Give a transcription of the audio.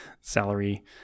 salary